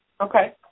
Okay